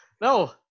No